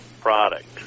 product